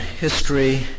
history